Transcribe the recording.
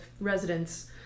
residents